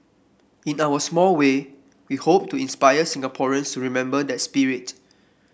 in our small way we hope to inspire Singaporeans to remember that spirit